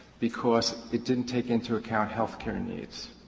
because it didn't take into account healthcare needs.